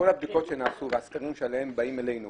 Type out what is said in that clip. כל הבדיקות שנעשו והסקרים שמביאים אלינו,